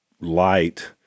light